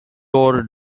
door